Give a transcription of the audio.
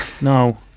No